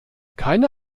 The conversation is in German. keine